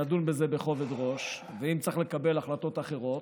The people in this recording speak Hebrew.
נדון בזה בכובד ראש, ואם צריך לקבל החלטות אחרות,